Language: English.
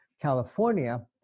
California